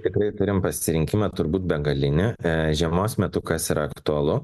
tikrai turim pasirinkimą turbūt begalinį žiemos metu kas yra aktualu